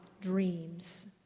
dreams